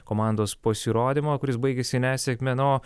komandos pasirodymą kuris baigėsi nesėkme na o